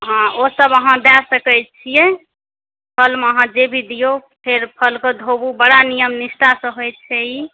हॅं ओ सब अहाँ दऽ सकै छियै फल मे अहाँ जे भी दियौ फेर फल के अहाँ धोबू बरा नीयम निष्ठा सॅं होइ छै ई